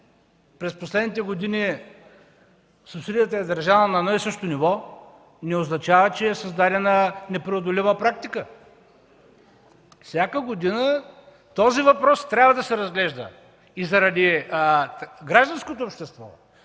през последните години субсидията е държана на едно и също ниво, не означава, че е създадена непреодолима практика. Всяка година този въпрос трябва да се разглежда и заради гражданското общество.